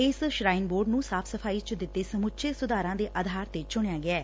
ਇਸ shrine board ਨੂੰ ਸਾਫ਼ ਸਫਾਈ ਚ ਕੀਤੇ ਸਮੁੱਚੇ ਸੁਧਾਰਾਂ ਦੇ ਆਧਾਰ ਤੇ ਚੁਣਿਆ ਗੈਐ